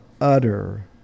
utter